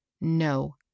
no